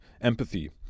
Empathy